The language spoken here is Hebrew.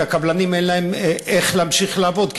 כי לקבלנים אין אפשרות להמשיך לעבוד,